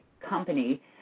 company